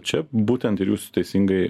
čia būtent ir jūs teisingai